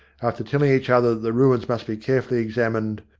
after telling each other that the ruins must be carefully examined,